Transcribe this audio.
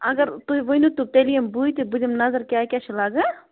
اگر تُہۍ ؤنِو تہٕ تیٚلہِ یِمہٕ بٕے تہٕ بہٕ دِمہٕ نظر کیٛاہ کیٛاہ چھِ لگان